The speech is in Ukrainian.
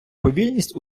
повільність